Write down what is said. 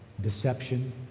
deception